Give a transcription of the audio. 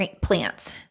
plants